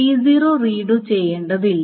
T0 read ചെയ്യേണ്ടതില്ല